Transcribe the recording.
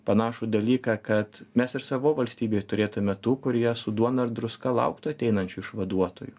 panašų dalyką kad mes ir savo valstybėj turėtume tų kurie su duona ir druska lauktų ateinančių išvaduotojų